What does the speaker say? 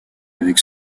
avec